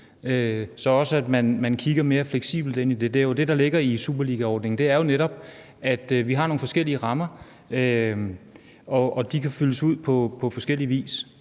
så man også kigger lidt mere fleksibelt på det. Det er jo det, der ligger i superligaordningen, nemlig at vi netop har nogle forskellige rammer, og at de kan fyldes ud på forskellig vis.